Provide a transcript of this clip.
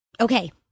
Okay